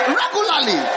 regularly